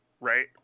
Right